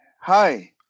Hi